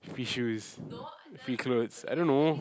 free shoes free clothes I don't know